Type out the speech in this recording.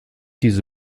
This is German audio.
diese